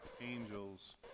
angels